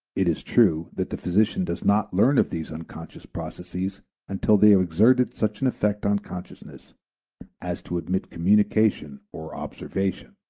it is true that the physician does not learn of these unconscious processes until they have exerted such an effect on consciousness as to admit communication or observation.